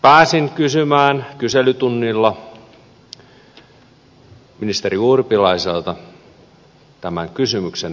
pääsin kysymään kyselytunnilla ministeri urpilaiselta tämän kysymyksen